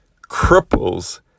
cripples